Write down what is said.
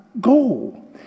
goal